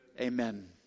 amen